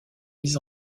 mis